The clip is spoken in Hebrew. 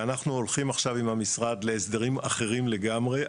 ואנחנו הולכים עכשיו עם המשרד להסדרים אחרים לגמרי.